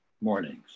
mornings